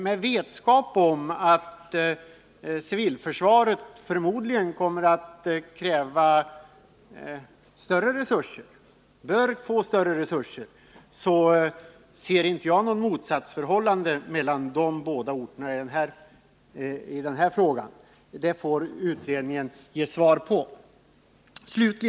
Med vetskap om att civilförsvaret förmodligen kommer att kräva — och även bör få — större resurser ser inte jag något motsatsförhållande mellan de båda orterna i den här frågan. Det problemet får utredningen ge svar på.